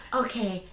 okay